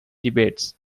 debates